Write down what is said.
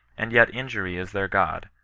and yet injury is their god,